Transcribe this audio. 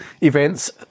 events